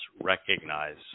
recognize